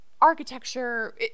architecture